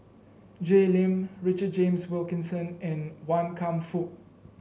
Jay Lim Richard James Wilkinson and Wan Kam Fook